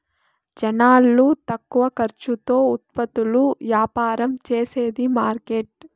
జనాలు తక్కువ ఖర్చుతో ఉత్పత్తులు యాపారం చేసేది మార్కెట్